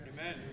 Amen